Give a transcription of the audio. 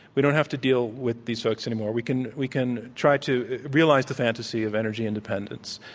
we don't have to deal with these folks anymore. we can we can try to realize the fantasy of energy independence,